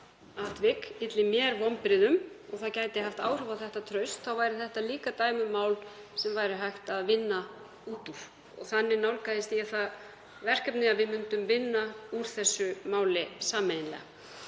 væri það líka dæmi um mál sem væri hægt að vinna úr. Þannig nálgaðist ég það verkefni, að við myndum vinna úr þessu máli sameiginlega.